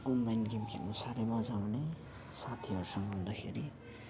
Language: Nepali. अनलाइन गेमहरू खेल्नु साह्रै मजा आउने साथीहरूसँग हुँदाखेरि